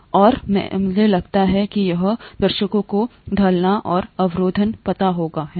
और मैं लगता है कि यह दर्शकों को ढलान और अवरोधन पता होगा है ना